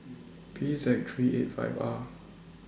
P Z three eight five R